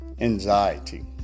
anxiety